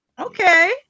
okay